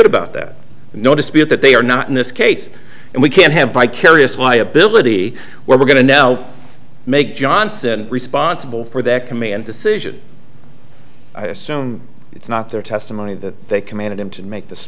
dispute about that no dispute that they are not in this case and we can't have vicarious liability where we're going to now make johnson responsible for that command decision i assume it's not their testimony that they commanded him to make th